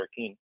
2013